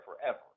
forever